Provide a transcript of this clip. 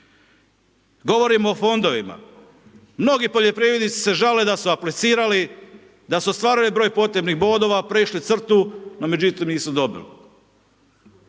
Govorimo o fondovima. Mnogi poljoprivrednici se žale da su aplicirali, da se ostvaruje broj potrebnih bodova, prešli crtu, no međutim nisu dobili.